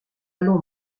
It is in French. allons